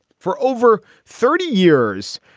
for over thirty years,